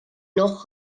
noch